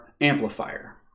amplifier